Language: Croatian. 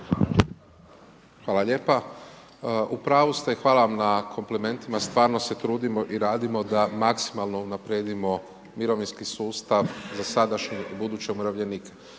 Hvala lijepa. U pravu ste i hvala vam na komplimentima, stvarno se trudimo i radimo da maksimalno unaprijedimo mirovinski sustav za sadašnje i buduće umirovljenike.